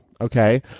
okay